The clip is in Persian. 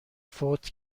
فوت